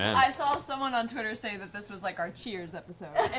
i saw someone on twitter say that this was like our cheers episode,